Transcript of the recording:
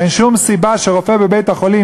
אין שום סיבה שרופא בבית-חולים,